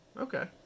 Okay